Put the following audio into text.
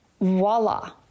voila